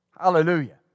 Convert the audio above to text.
Hallelujah